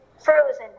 Frozen